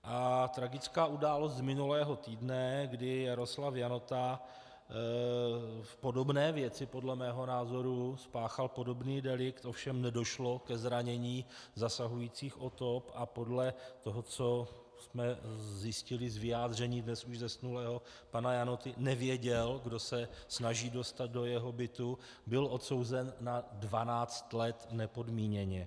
A tragická událost z minulého týdne, kdy Jaroslav Janota v podobné věci podle mého názoru spáchal podobný delikt, ovšem nedošlo ke zranění zasahujících osob, a podle toho, co jsme zjistili z vyjádření dnes už zesnulého pana Janoty, nevěděl, kdo se snaží dostat do jeho bytu, byl odsouzen na dvanáct let nepodmíněně.